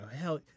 hell